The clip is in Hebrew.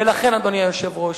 אדוני היושב-ראש,